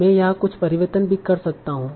मैं यहाँ कुछ परिवर्तन भी कर सकता हूँ